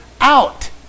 out